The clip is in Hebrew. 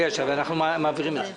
אבל אנחנו מעבירים את זה.